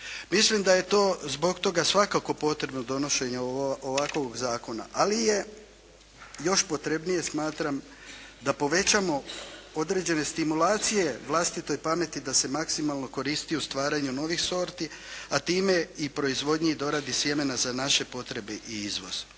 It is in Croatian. Mislim da je to zbog toga svakako potrebno donošenje ovakvog zakona ali je još potrebnije smatram da povećamo određene stimulacije vlastitoj pameti da se maksimalno koristi u stvaranju novih sorti a time i proizvodnji i doradi sjemena za naše potrebe i izvoz.